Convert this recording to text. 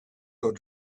your